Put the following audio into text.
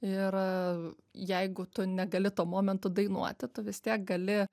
ir jeigu tu negali tuo momentu dainuoti tu vis tiek gali